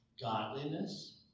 godliness